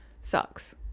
sucks